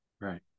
Right